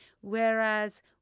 Whereas